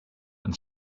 and